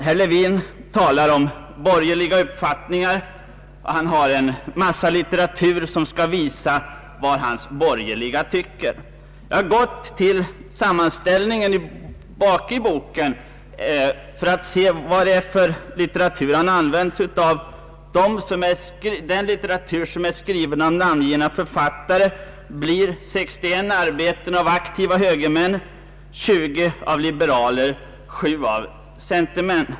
Herr Lewin talar om borgerliga uppfattningar, och han har en massa litteratur som skall visa vad de borgerliga tycker. Jag har gått till personregistret och sammanställningen bak i boken för att se vad det är för litteratur han använt. Den litteratur som är skriven av namngivna författare rymmer 61 arbeten av aktiva högermän, 20 av liberaler och 7 av centermän.